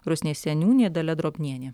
rusnės seniūnė dalia drobnienė